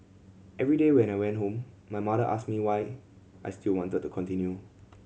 every day when I went home my mother asked me why I still wanted to continue